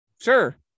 sure